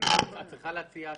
את צריכה להציע הצעה.